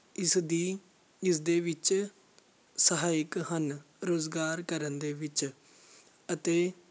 ਇਸ ਦੀ ਇਸ ਦੇ ਵਿੱਚ ਸਹਾਇਕ ਹਨ ਰੁਜ਼ਗਾਰ ਕਰਨ ਦੇ ਵਿੱਚ ਅਤੇ